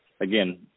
Again